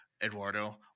Eduardo